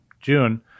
June